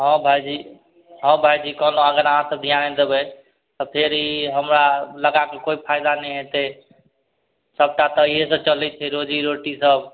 हँ भाइजी हँ भाइजी कहलहुँ अगर अहाँ सब ध्यान देबय तऽ फेर ई हमरा लगाकऽ कोइ फायदा नहि हेतय सबटा तऽ इएहेसँ चलय छै रोजी रोटी सब